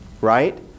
right